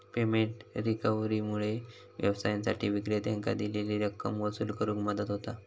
payment रिकव्हरीमुळा व्यवसायांसाठी विक्रेत्यांकां दिलेली रक्कम वसूल करुक मदत होता